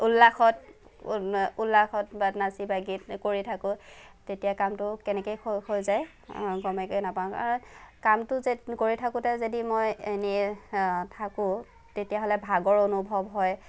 উল্লাসত উল্লাসত বা নাচি বাগি কৰি থাকো তেতিয়া কামটো কেনেকে হৈ যায় গমকে নাপাও কামটো যেত কৰি থাকোঁতে যদি মই এনেয়ে থাকো তেতিয়াহ'লে ভাগৰ অনুভৱ হয়